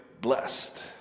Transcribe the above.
blessed